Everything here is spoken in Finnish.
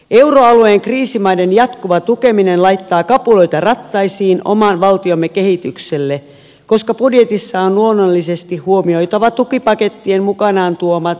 euroalueen kriisimaiden jatkuva tukeminen laittaa kapuloita rattaisiin oman valtiomme kehitykselle koska budjetissa on luonnollisesti huomioitava tukipakettien mukanaan tuomat riskitekijät